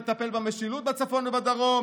היא תטפל במשילות בצפון ובדרום,